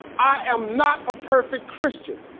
i am not a perfect christian,